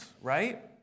right